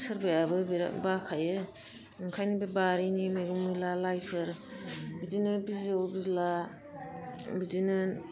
सोरबायाबो बिरात बाखायो ओंखायनो बे बारिनि मैगं मैला लाइफोर बिदिनो बिजौ बिला बिदिनो